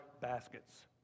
baskets